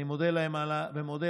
אני מודה להם על התמיכה,